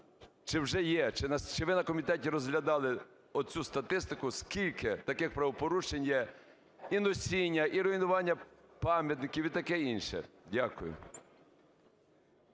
Чи вже є? Чи ви на комітеті розглядали оцю статистику, скільки таких правопорушень є: і носіння, і руйнування пам'ятників, і таке інше? Дякую.